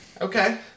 okay